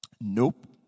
Nope